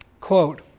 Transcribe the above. Quote